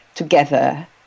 together